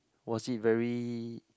was it very